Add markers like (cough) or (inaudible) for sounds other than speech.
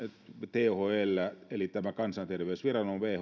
thl eli tämä kansanterveysviranomainen (unintelligible)